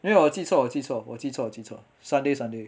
没有我记错我记错我记错我记错 sunday sunday